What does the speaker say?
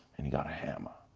and he got a hammer.